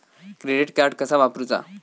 Credit card कसा वापरूचा?